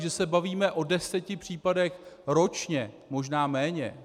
Že se bavíme o deseti případech ročně, možná méně.